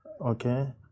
okay